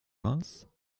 reims